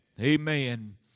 amen